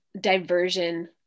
diversion